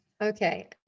Okay